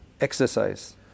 exercise